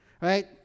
Right